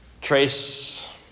trace